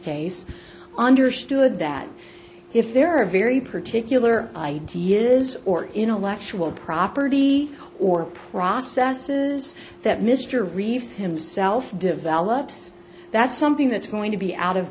case understood that if there are a very particular idea that is or intellectual property or processes that mr reeves himself develops that's something that's going to be out of